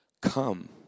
come